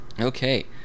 Okay